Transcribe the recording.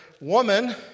woman